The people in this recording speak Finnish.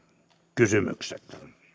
kysymykset